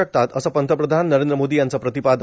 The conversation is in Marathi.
शकतात असं पंतप्रधान नरेंद्र मोदी यांचं प्रतिपादन